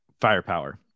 firepower